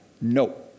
No